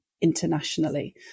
internationally